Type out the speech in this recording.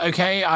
Okay